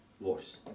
worse